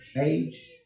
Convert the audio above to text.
age